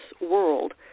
world